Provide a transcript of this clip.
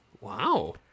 wow